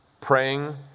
Praying